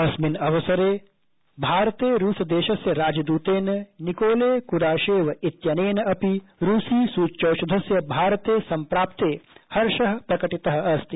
अस्मिन् अवसरे भारते रूसदेशस्य राजदूतेन निकोले कुदाशेव इत्यनेन अपि रूसदेशीय सूच्यौषधस्य भारते संप्राप्ते हर्षः प्रकटितः अस्ति